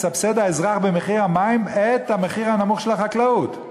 האזרח מסבסד במחיר המים את המחיר הנמוך של המים לחקלאות.